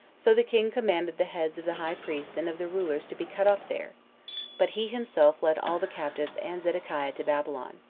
so the king commanded the heads of the high priest and of the rulers to be cut off there but he himself led all the captives and zedekiah to babylon.